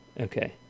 Okay